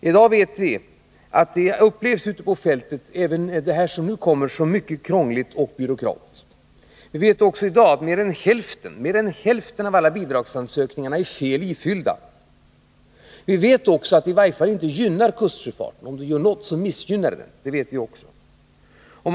I dag vet vi att även den ordning som nu infört, ute på fältet upplevs som mycket krånglig och byråkratisk. Vi vet också att mer än hälften av alla bidragsansökningar är felaktigt ifyllda samt att transportstödet i varje fall inte gynnar kustsjöfarten — om det har någon inverkan alls är det i motsatt riktning.